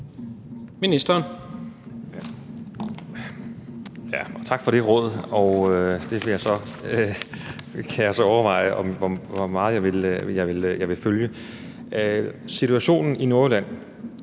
Tak for det råd, og det kan jeg så overveje hvor meget jeg vil følge. Situationen i Nordjylland